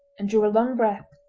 and drew a long breath,